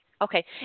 Okay